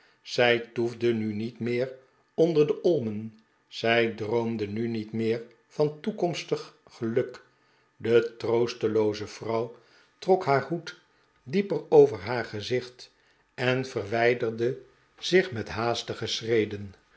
zij toefde nu niet meer onder de olmen zij droomde nu niet meer van toekomstig geluk de troostelooze vrouw trok haar hoed dieper over haar gezicht en verwijderde zich met haastige